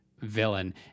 VILLAIN